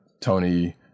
Tony